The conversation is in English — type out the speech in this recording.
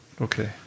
Okay